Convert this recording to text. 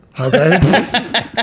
okay